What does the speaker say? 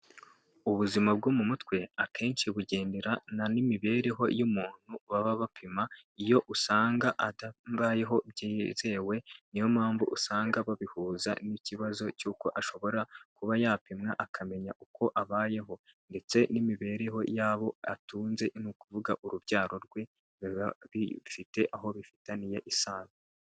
Ubuzima bwo mu mutwe akenshi bugendana n'imibereho y'umuntu baba bapima iyo usanga atambayeho byizewe niyo mpamvu usanga babihuza n'ikibazo cy'uko ashobora kuba yapimwa akamenya uko abayeho ndetse n'imibereho y'abo atunze ni ukuvuga urubyaro rwe biba bifite aho bifitaniye isano.